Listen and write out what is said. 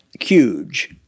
huge